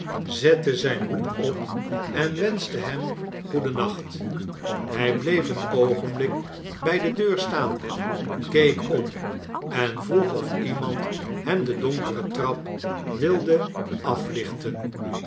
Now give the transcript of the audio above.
zette zijn hoed op en wenschte hem goedennacht hij bleef een oogenblik bij de deur staan keek om en vroeg of iemand hem de donkere trap wilde aflichten